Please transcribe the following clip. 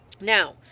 Now